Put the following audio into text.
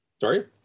Sorry